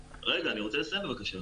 רגע, אני רוצה לסיים בבקשה.